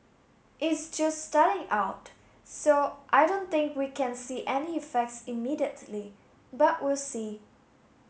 is just starting out so I don't think we can see any effects immediately but we'll see